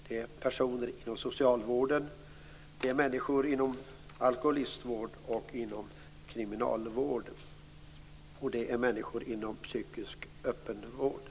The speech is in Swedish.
Det gäller personer inom socialvården och människor inom alkoholistvård och kriminalvård. Vidare gäller det människor inom psykisk öppenvård.